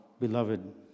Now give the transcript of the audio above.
beloved